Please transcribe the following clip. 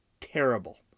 terrible